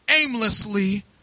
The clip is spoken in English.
aimlessly